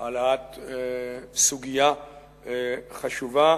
העלאת סוגיה חשובה,